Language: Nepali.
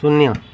शून्य